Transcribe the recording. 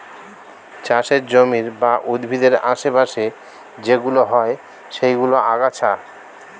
চাষের জমির বা উদ্ভিদের আশে পাশে যেইগুলো হয় সেইগুলো আগাছা